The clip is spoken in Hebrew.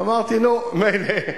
אמרתי: נו, מילא.